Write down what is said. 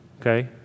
okay